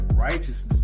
righteousness